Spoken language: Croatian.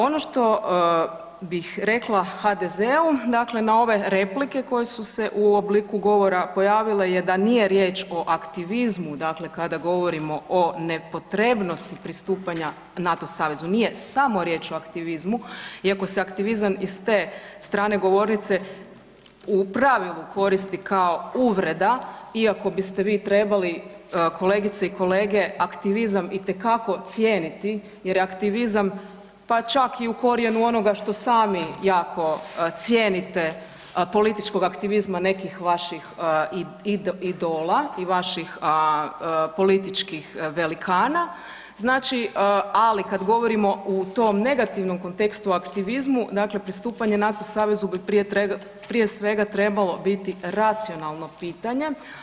Ono što bih rekla HDZ-u, dakle na ove replike koje su se u obliku govora pojavile je da nije riječ o aktivizmu kada govorimo o nepotrebnosti pristupanja NATO savezu, nije samo riječ o aktivizmu iako se aktivizam i s te strane govornice u pravilu koristi kao uvreda, iako biste vi trebali kolegice i kolege aktivizam itekako cijeniti jer je aktivizam pa čak i u korijenu onoga što sami jako cijenite, političkog aktivizma nekih vaših idola i vaših političkih velikana, ali kada govorimo u tom negativnom kontekstu aktivizmu dakle pristupanje NATO savezu bi prije svega trebali biti racionalno pitanje.